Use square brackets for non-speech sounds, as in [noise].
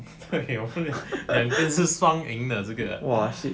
对我们也 [breath] 肯定是双赢的这个